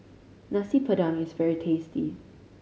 Nasi Padang is very tasty